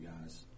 guys